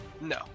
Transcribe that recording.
no